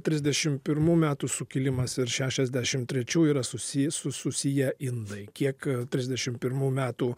trisdešim pirmų metų sukilimas ir šešiasdešim trečių yra susi su susiję indai kiek trisdešim pirmų metų